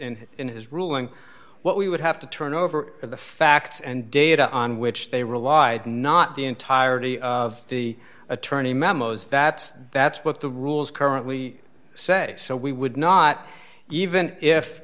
and in his ruling what we would have to turn over the facts and data on which they relied not the entirety of the attorney memos that that's what the rules currently say so we would not even if